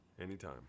Anytime